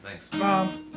thanks